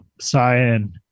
cyan